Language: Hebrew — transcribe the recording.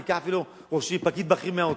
אני אקח אפילו פקיד בכיר מהאוצר,